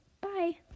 bye